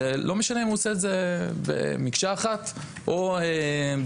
לא משנה אם עושים את המילואים במקשה אחת או בנפרד.